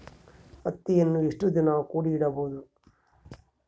ಹತ್ತಿಯನ್ನು ಎಷ್ಟು ದಿನ ಕೂಡಿ ಇಡಬಹುದು?